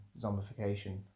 zombification